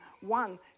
one